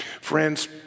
Friends